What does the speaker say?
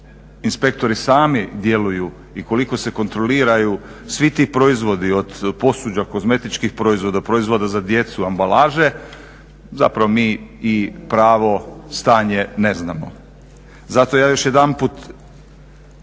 inspektori sami djeluju i koliko se kontroliraju svi ti proizvodi, od posuđa, kozmetičkih proizvoda, proizvoda za djecu, ambalaže, zapravo mi pravo stanje ne znamo. Zato ja još jedanput